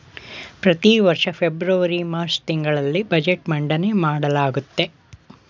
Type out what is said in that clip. ಪ್ರತಿವರ್ಷ February March ತಿಂಗಳಲ್ಲಿ budget ಮಂಡನೆ ಮಾಡಲಾಗುತ್ತೆ